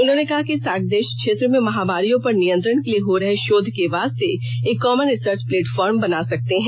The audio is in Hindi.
उन्होनें कहा कि सार्क देश क्षेत्र में महामारियों पर नियंत्रण के लिए हो रहे शोध के वास्ते एक कॉमन रिसर्च प्लेटफार्म बना सकते हैं